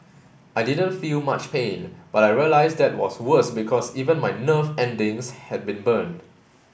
I didn't feel much pain but I realised that was worse because even my nerve endings had been burned